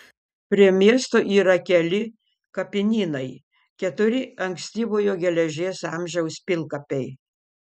prie miesto yra keli kapinynai keturi ankstyvojo geležies amžiaus pilkapiai